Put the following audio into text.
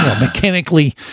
mechanically